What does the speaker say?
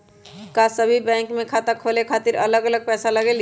का सभी बैंक में खाता खोले खातीर अलग अलग पैसा लगेलि?